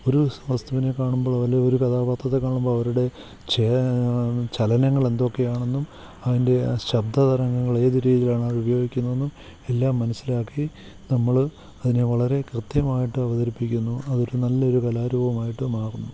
ഒരു വസ്തുവിനെ കാണുമ്പോൾ അതിൽ ഒരു കഥാപാത്രത്തെ കാണുമ്പോൾ അവരുടെ ചലനങ്ങൾ എന്തൊക്കെയാണെന്നും അതിൻ്റെ ആ ശബ്ദതരംഗങ്ങൾ ഏത് രീതിയിലാണ് അത് ഉപയോഗിക്കുന്നതെന്നും എല്ലാം മനസ്സിലാക്കി നമ്മൾ അതിനെ വളരെ കൃത്യമായിട്ട് അവതരിപ്പിക്കുന്നു അതൊരു നല്ലൊരു കലാരൂപമായിട്ട് മാറുന്നു